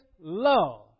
love